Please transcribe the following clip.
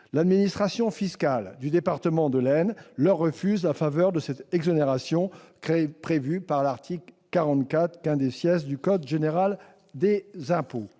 L'administration fiscale du département de l'Aisne leur refuse la faveur de l'exonération prévue par l'article 44 du code général des impôts.